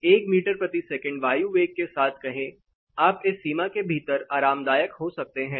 1 metre प्रति second वायु वेग के साथ कहें आप इस सीमा के भीतर आरामदायक हो सकते हैं